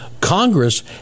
congress